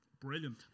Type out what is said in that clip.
Brilliant